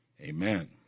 Amen